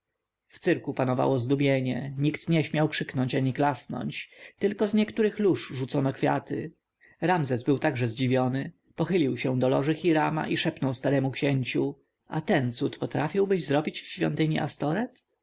cyrku panowało zdumienie nikt nie śmiał krzyknąć ani klasnąć tylko z niektórych lóż rzucono kwiaty ramzes był także zdziwiony pochylił się do loży hirama i szepnął staremu księciu a ten cud potrafilibyście zrobić w świątyni